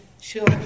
sure